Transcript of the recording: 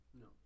No